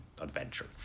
adventure